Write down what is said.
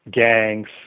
gangs